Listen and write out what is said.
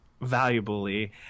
valuably